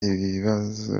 ibibazo